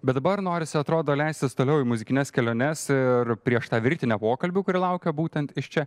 bet dabar norisi atrodo leistis toliau į muzikines keliones ir prieš tą virtinę pokalbių kurie laukia būtent iš čia